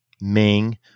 Ming